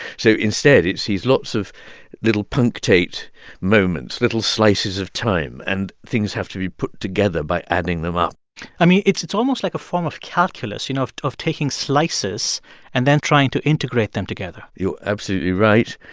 so instead, it sees lots of little punctuate moments, little slices of time. and things have to be put together by adding them up i mean, it's it's almost like a form of calculus, you know, of of taking slices and then trying to integrate them together you're absolutely right.